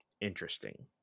interesting